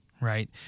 right